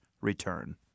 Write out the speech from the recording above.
return